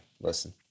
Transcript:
listen